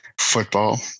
Football